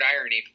irony